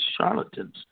charlatans